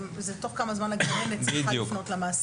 זה תוך כמה זמן הגננת צריכה לפנות למעסיק.